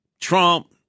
Trump